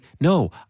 no